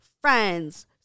friends